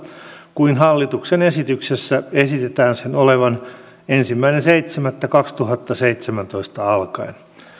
kuin millä hallituksen esityksessä esitetään sen olevan ensimmäinen seitsemättä kaksituhattaseitsemäntoista alkaen